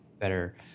better